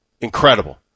incredible